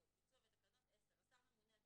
ביצוע ותקנות 10. (א)השר ממונה על